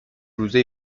روزه